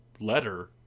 letter